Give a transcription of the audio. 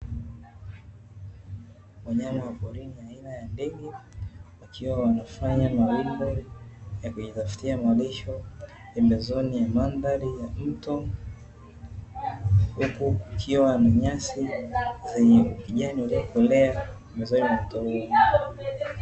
Wanyama wa porini aina ya ndege, wakiwa wanafanya mawindo ya kujitafutia malisho pembezoni ya mandhari ya mto, huku kukiwa na nyasi zenye ukijani ulio kolea pembezoni mwa mto huo.